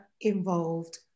involved